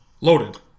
loaded